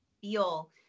feel